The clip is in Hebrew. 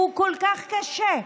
שהוא כל כך קשה,